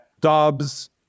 Dobbs